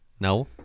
No